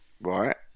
right